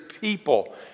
people